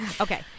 okay